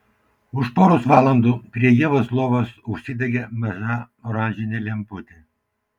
už poros valandų prie ievos lovos užsidegė maža oranžinė lemputė